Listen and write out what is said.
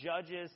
Judges